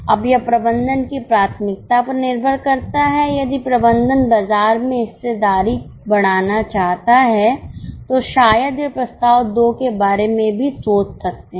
अब यह प्रबंधन की प्राथमिकता पर निर्भर करता है यदि प्रबंधन बाजार में हिस्सेदारी बढ़ाना चाहता है तो शायद वे प्रस्ताव 2 के बारे में भी सोच सकते हैं